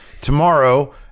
tomorrow